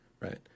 right